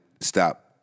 stop